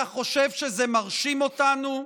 אתה חושב שזה מרשים אותנו?